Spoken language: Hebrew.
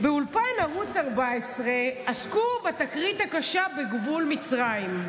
באולפן ערוץ 14 עסקו בתקרית הקשה בגבול מצרים.